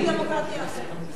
זה סוג אחר של דמוקרטיה.